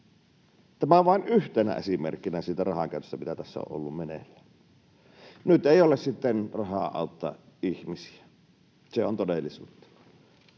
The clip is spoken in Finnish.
Tämä vain yhtenä esimerkkinä siitä rahankäytöstä, mitä tässä on ollut meneillään. Nyt ei ole sitten rahaa auttaa ihmisiä, se on todellisuutta.